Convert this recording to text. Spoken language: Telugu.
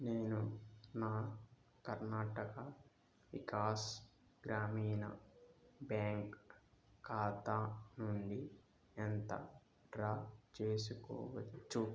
నేను నా కర్ణాటక వికాస్ గ్రామీణ బ్యాంక్ ఖాతా నుండి ఎంత డ్రా చేసుకోవచ్చు